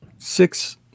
Six